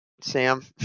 Sam